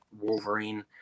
Wolverine